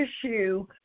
issue